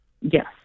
Yes